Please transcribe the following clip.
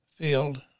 field